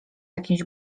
jakimś